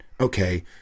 okay